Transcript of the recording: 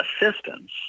assistance